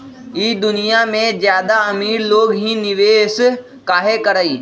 ई दुनिया में ज्यादा अमीर लोग ही निवेस काहे करई?